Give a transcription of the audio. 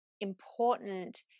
important